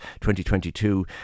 2022